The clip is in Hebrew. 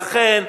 לכן,